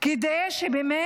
כדי שתהיה